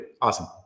Awesome